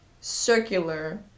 circular